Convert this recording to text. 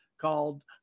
called